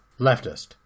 Leftist